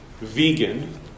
vegan